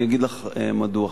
ואני אגיד לך מדוע,